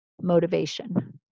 motivation